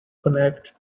connect